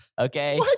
Okay